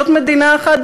זאת מדינה אחת,